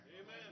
Amen